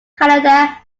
canada